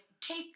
Take